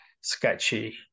sketchy